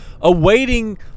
awaiting